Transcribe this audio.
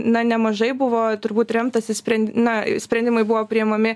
na nemažai buvo turbūt remtasi sprend na sprendimai buvo priimami